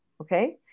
okay